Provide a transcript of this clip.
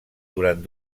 durant